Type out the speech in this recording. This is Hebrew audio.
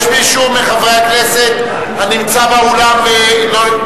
יש מישהו מחברי הכנסת הנמצא באולם ולא,